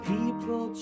People